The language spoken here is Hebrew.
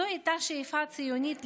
זו הייתה השאיפה הציונית,